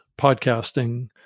podcasting